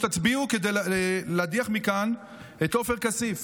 שתצביעו כדי להדיח מכאן את עופר כסיף.